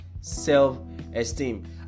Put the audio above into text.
self-esteem